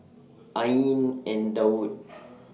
Ain and Daud